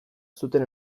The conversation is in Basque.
zuten